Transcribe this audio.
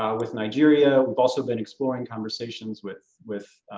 um with nigeria. we've also been exploring conversations with with